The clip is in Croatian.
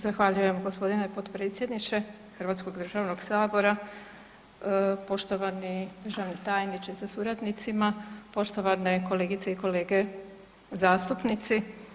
Zahvaljujem g. potpredsjedniče, Hrvatskog državnog sabora, poštovani državni tajniče sa suradnicima, poštovane kolegice i kolege zastupnici.